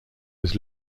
was